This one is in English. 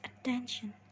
attention